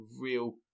real